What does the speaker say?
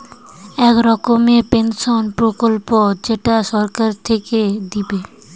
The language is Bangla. এক রকমের পেনসন প্রকল্প যেইটা সরকার থিকে দিবে